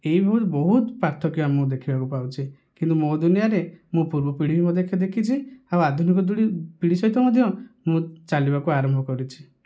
ଏହିଭଳି ବହୁତ ପାର୍ଥକ୍ୟ ଆଉ ଆମେ ଦେଖିବାକୁ ପାଉଛେ କିନ୍ତୁ ମୋ ଦୁନିଆଁରେ ମୁଁ ପୂର୍ବ ପିଢ଼ି ମଧ୍ୟ ଦେଖିଛି ଆଉ ଆଧୁନିକ ଦୁଡ଼ି ପିଢ଼ି ସହିତ ମଧ୍ୟ ମୁଁ ଚାଲିବାକୁ ଆରମ୍ଭ କରିଛି